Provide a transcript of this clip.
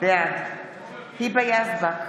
בעד היבה יזבק,